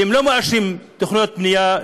שהם לא מאשרים תוכניות בנייה,